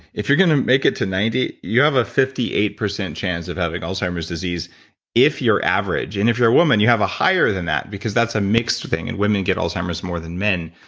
if you're going to make it to ninety, you have a fifty eight percent chance of having alzheimer's disease if you're average. and if you're a woman, you have a higher than that because that's a mixed thing. and woman get alzheimer's more than men,